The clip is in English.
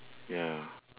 ya